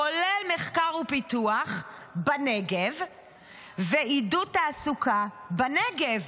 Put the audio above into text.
כולל מחקר ופיתוח בנגב ועידוד תעסוקה בנגב.